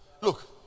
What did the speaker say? Look